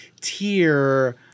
tier